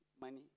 money